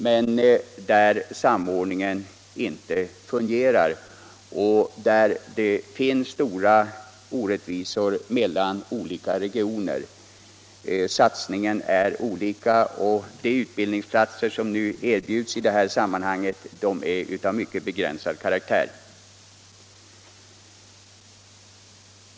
Men här fungerar inte samordningen och det förekommer stora orättvisor mellan olika regioner. Satsningarna är olika stora, och antalet utbildningsplatser som erbjuds i detta sammanhang är mycket begränsat.